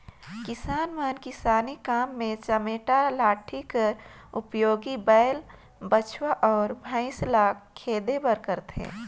किसान मन किसानी काम मे चमेटा लाठी कर उपियोग बइला, बछवा अउ भइसा ल खेदे बर करथे